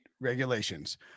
regulations